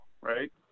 right